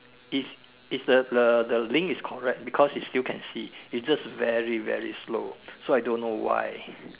is is the the the link is correct because it still can see it just very very slow so I don't know why